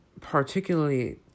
particularly